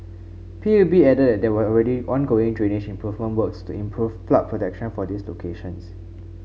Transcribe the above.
P U B added that there were already ongoing drainage improvement works to improve flood protection for these locations